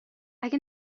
اگه